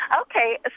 Okay